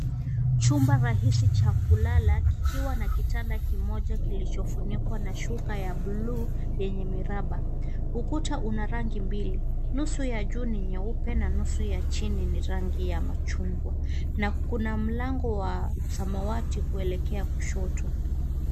Chumba rahisi cha kulala kikiwa na kitanda kimoja kilichofunikwa na shuka ya bluu yenye miraba. Ukuta una rangi mbili, nusu ya juni nyeupe na nusu ya chini ni rangi ya machungwa na kuna mlango wa samawati kuelekea kushoto.